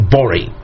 Bori